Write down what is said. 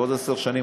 בעוד עשר שנים,